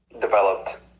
developed